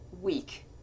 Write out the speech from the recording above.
week